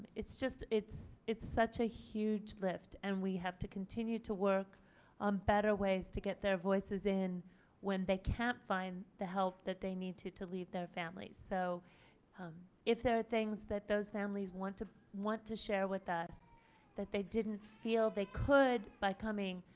it's just it's it's such a huge lift and we have to continue to work on better ways to get their voices in when they can't find the help that they need to to leave their families. so if there are things that those families want to want to share with us that they didn't feel they could by coming.